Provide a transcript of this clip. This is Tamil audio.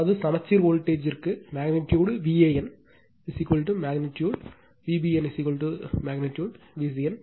அதாவது சமச்சீர் வோல்ட்டேஜ்த்திற்கு magnitude Van magnitude Vbn magnitude Vcn